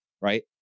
Right